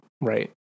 right